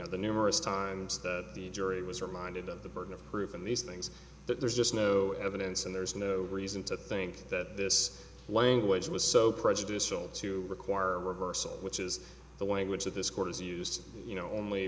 know the numerous times that the jury was reminded of the burden of proof in these things that there's just no evidence and there's no reason to think that this language was so prejudicial to require a reversal which is the language that this court has used you know only